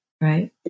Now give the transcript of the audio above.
right